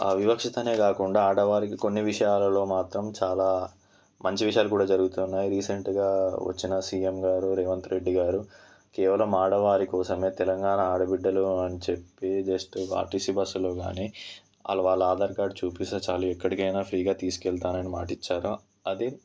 ఆ వివక్షత అనే కాకుండా ఆడవాళ్ళకి కొన్ని విషయాలలో మాత్రం చాలా మంచి విషయాలు కూడా జరుగుతున్నాయి రీసెంట్గా వచ్చిన సీఎం గారు రేవంత్ రెడ్డి గారు కేవలం ఆడవారి కోసం తెలంగాణ ఆడబిడ్డలు అని చెప్పి జస్ట్ ఆర్టీసీ బస్సులో కానీ వాళ్ళ ఆధార్ కార్డు చూపిస్తే చాలు ఎక్కడికైనా ఫ్రీగా తీసుకు వెళతానని మాట ఇచ్చారు అదే